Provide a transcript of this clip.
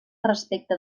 respecte